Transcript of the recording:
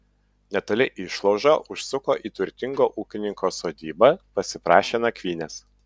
netoli išlaužo užsuko į turtingo ūkininko sodybą pasiprašė nakvynės